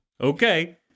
Okay